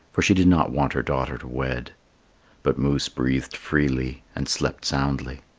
for she did not want her daughter to wed but moose breathed freely and slept soundly.